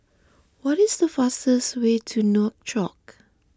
what is the fastest way to Nouakchott